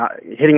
hitting